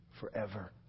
Forever